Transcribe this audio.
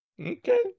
okay